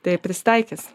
tai jie prisitaikys